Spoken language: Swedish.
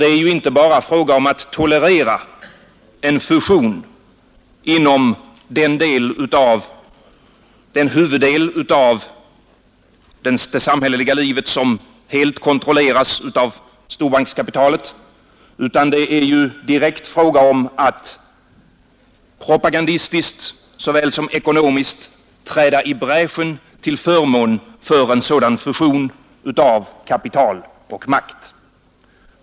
Det är inte bara fråga om att tolerera en fusion inom den huvuddel av det samhälleliga livet som helt kontrolleras av storbankskapitalet, utan det är direkt fråga om att propagandistiskt såväl som ekonomiskt träda i bräschen för en sådan fusion av kapital och makt.